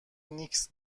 نیکز